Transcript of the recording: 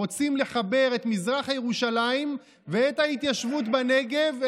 רוצים לחבר את מזרח ירושלים ואת ההתיישבות הבדואית בנגב,